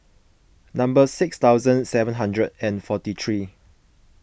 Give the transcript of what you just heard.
number six thousand seven hundred and forty three